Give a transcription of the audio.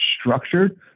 structured